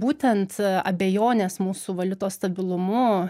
būtent a abejonės mūsų valiutos stabilumu